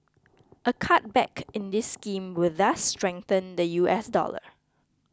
a cutback in this scheme will thus strengthen the U S dollar